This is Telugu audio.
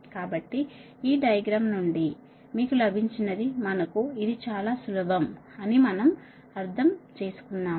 కాబట్టి ఈ డయాగ్రామ్ నుండి ఈ డయాగ్రామ్ నుండి మీకు లభించినది మనకు ఇది చాలా సులభం అని మనం అర్థం చేసుకున్నాము